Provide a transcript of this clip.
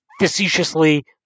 Facetiously